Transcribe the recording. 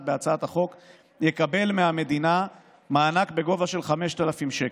בהצעת החוק יקבל מהמדינה מענק בגובה של 5,000 שקלים.